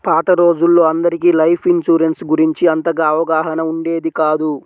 పాత రోజుల్లో అందరికీ లైఫ్ ఇన్సూరెన్స్ గురించి అంతగా అవగాహన ఉండేది కాదు